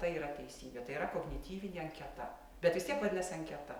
tai yra teisybė tai yra kognityvinė anketa bet vis tiek vadinasi anketa